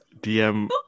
DM